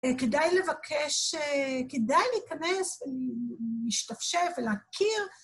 כדאי לבקש, כדאי להיכנס ולהשתפשף ולהכיר.